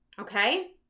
Okay